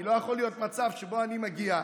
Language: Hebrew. כי לא יכול להיות מצב שבו אני מגיע,